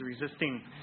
resisting